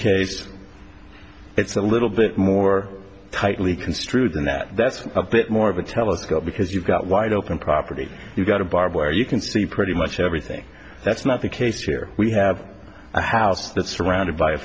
case it's a little bit more tightly construed than that that's a bit more of a telescope because you've got wide open property you've got a bar where you can see pretty much everything that's not the case here we have a house that's surrounded by a